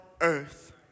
earth